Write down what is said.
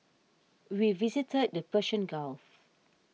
we visited the Persian Gulf